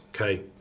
Okay